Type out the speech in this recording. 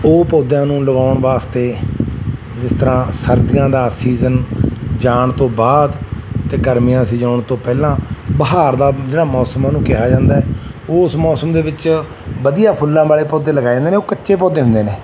ਉਹ ਪੌਦਿਆਂ ਨੂੰ ਲਗਾਉਣ ਵਾਸਤੇ ਜਿਸ ਤਰ੍ਹਾਂ ਸਰਦੀਆਂ ਦਾ ਸੀਜ਼ਨ ਜਾਣ ਤੋਂ ਬਾਅਦ ਅਤੇ ਗਰਮੀਆਂ ਦਾ ਸੀਜ਼ਨ ਆਉਣ ਤੋਂ ਪਹਿਲਾਂ ਬਹਾਰ ਦਾ ਜਿਹੜਾ ਮੌਸਮ ਉਹਨੂੰ ਕਿਹਾ ਜਾਂਦਾ ਉਸ ਮੌਸਮ ਦੇ ਵਿੱਚ ਵਧੀਆ ਫੁੱਲਾਂ ਵਾਲੇ ਪੌਦੇ ਲਗਾਏ ਜਾਂਦੇ ਨੇ ਉਹ ਕੱਚੇ ਪੌਦੇ ਹੁੰਦੇ ਨੇ